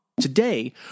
Today